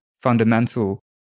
fundamental